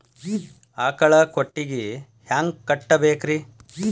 ಆಕಳ ಕೊಟ್ಟಿಗಿ ಹ್ಯಾಂಗ್ ಕಟ್ಟಬೇಕ್ರಿ?